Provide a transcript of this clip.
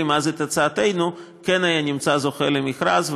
אז את הצעתנו כן היה נמצא זוכה למכרז,